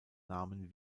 namen